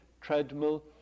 treadmill